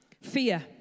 Fear